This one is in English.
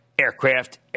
aircraft